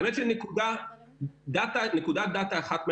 נקודת דאטה אחת מעניינת: